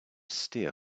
steer